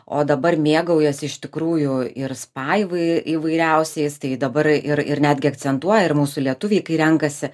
o dabar mėgaujasi iš tikrųjų ir spa įvai įvairiausiais tai dabar ir ir netgi akcentuoja ir mūsų lietuviai kai renkasi